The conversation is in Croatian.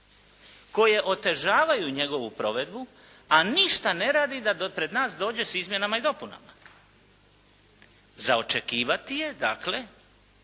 koje otežavaju njegovu provedbu, a ništa ne radi da do pred nas dođe s izmjenama i dopunama. Za očekivati je dakle